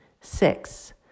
Six